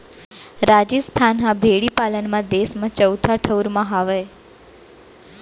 राजिस्थान ह भेड़ी पालन म देस म चउथा ठउर म हावय